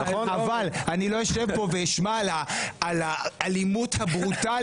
אבל אני לא אשב כאן ואשמע על האלימות הברוטלית